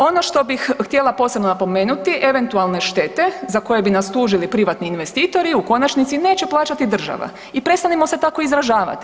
Ono što bih htjela posebno napomenuti eventualne štete za koje bi nas tužili privatni investitori u konačnici neće plaćati država i prestanimo se tako izražavati.